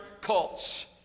cults